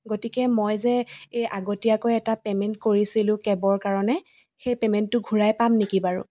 গতিকে মই যে এই আগতীয়াকৈ এটা পে'মেণ্ট কৰিছিলো কেবৰ কাৰণে সেই পে'মেণ্টটো ঘূৰাই পাম নেকি বাৰু